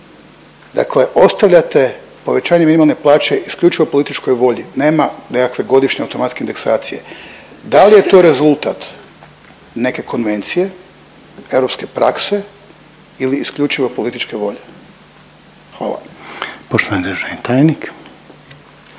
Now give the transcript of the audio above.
dakle ostavljate povećanje minimalne plaće isključivo političkoj volji, nema nekakve godišnje automatske indeksacije. Da li je to rezultat neke konvencije, europske prakse ili isključivo političke volje? Hvala.